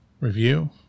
review